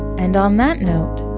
and on that note,